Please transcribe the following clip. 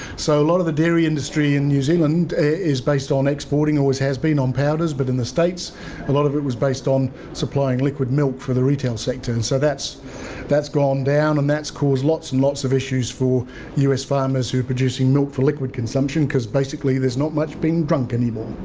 so, a lot of the dairy industry in new zealand is based on exporting always has been on powders, but in the states a lot of it is based on supplying liquid milk for the retail sector. and so that's that's gone down and that's caused lots and lots of issues for us farmers who are producing milk for liquid consumption because basically there's not much being drunk anymore.